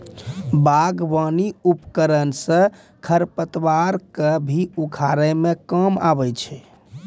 बागबानी उपकरन सँ खरपतवार क भी उखारै म काम आबै छै